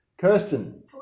Kirsten